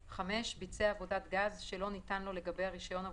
(1ו) ביצע שינוי יסודי במיתקן גז טעון היתר